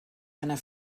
einer